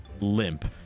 limp